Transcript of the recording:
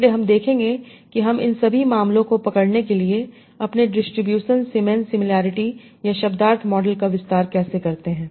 इसलिए हम देखेंगे कि हम इन सभी मामलों को पकड़ने के लिए अपने डिस्ट्रीब्यूशन सेमन सिमिलैरिटी या शब्दार्थ मॉडल का विस्तार कैसे करते हैं